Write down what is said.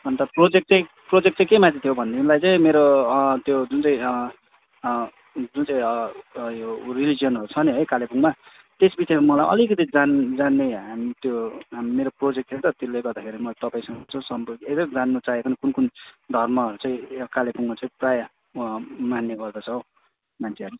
अन्त प्रोजेक्ट चाहिँ प्रोजेक्ट चाहिँ के माथि थियो भनेदेखिलाई चाहिँ मेरो त्यो जुन चाहिँ जुन चाहि यो रिलिजनहरू छ नि है कालेबुङमा त्यस विषयमा मलाई अलिकति जान जान्ने हामी त्यो मेरो प्रोजेक्ट छ त त्यसले गर्दाखेरि मैले तपाईँसँग यसो सम्पर्क यसो जान्न चाहेको कुन कुन धर्महरू चाहिँ कालेबुङमा चाहिँ प्रायः मान्ने गर्दछ हौ मान्छेहरूले